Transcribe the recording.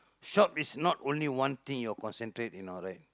shop is not only one thing you concentrate you know right